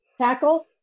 tackle